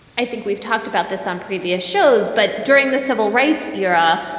i think we've talked about this on previous shows. but during the civil rights era,